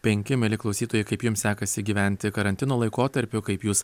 penki mieli klausytojai kaip jums sekasi gyventi karantino laikotarpiu kaip jūs